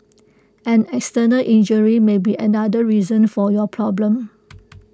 an external injury may be another reason for your problem